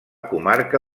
comarca